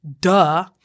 duh